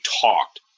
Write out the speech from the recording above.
talked